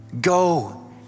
Go